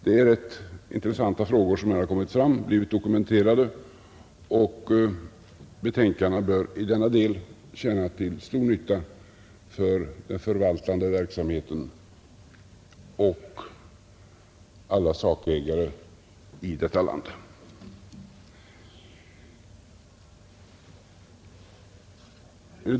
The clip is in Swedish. Det är rätt intressanta frågor som här har kommit fram och blivit dokumenterade, och betänkandena bör i denna del vara till stor nytta för den förvaltande verksamheten och för alla sakägare i detta land.